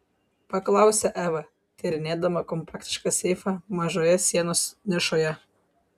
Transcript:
paklausė eva tyrinėdama kompaktišką seifą mažoje sienos nišoje